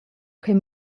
ch’ei